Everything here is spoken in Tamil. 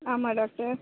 ஆமாம் டாக்டர்